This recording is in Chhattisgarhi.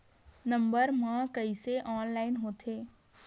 नम्बर मा कइसे ऑनलाइन होथे?